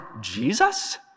Jesus